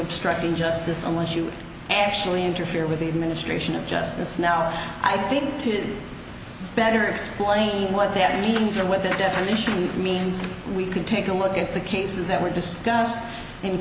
obstructing justice unless you actually interfere with the administration of justice now i think to better explain what that means or what the definition means we can take a look at the cases that were discussed in